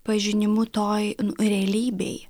pažinimu toj realybėj